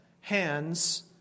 hands